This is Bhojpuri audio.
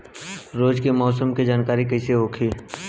रोज के मौसम के जानकारी कइसे होखि?